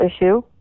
issue